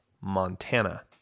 Montana